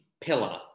pillar